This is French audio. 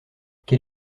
quel